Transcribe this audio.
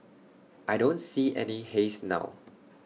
I don't see any haze now